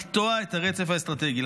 לקטוע את הרצף האסטרטגי.